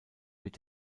mit